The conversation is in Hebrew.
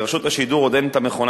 לרשות השידור עוד אין המכונה,